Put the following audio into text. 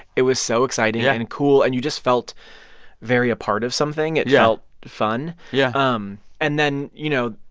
it was so exciting. yeah. and cool. and you just felt very a part of something yeah it felt fun yeah um and then, you know,